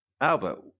Albert